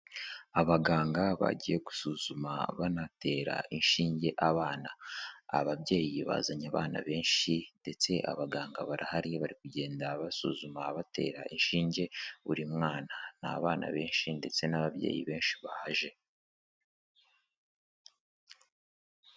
Abaganga bagiye gusuzuma banatera inshinge abana, ababyeyi bazanye abana benshi, ndetse abaganga barahari bari kugenda basuzuma batera inshinge buri mwana, ni abana benshi ndetse n'ababyeyi benshi baje.